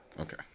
Okay